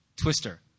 twister